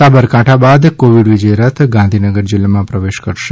સાબરકાંઠા બાદ કોવિડ વિજય રથ ગાંધીનગર જિલ્લામાં પ્રવેશ કરશે